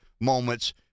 moments